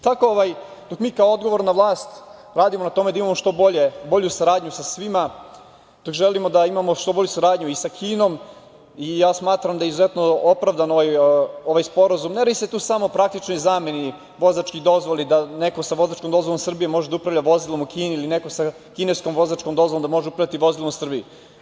Tako dok mi kao odgovorna vlast radimo na tome da imamo što bolju saradnju sa svima, dok želimo da imamo i što bolju saradnju i sa Kinom, i smatram da je izuzetno opravdan ovaj sporazum, jer ne radi se tu samo o praktičnoj zameni vozačkih dozvola, da li neko sa vozačkom dozvolom Srbije može da upravlja vozilom u Kini ili neko sa sa kineskom vozačkom dozvolom da može upravljati vozilom u Srbiji.